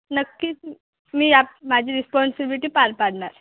नक्कीच मी आप माझी रिस्पॉन्सिबिलिटी पार पाडणार